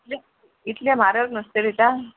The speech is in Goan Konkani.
इतलें म्हारग नुस्तें दिता